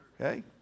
Okay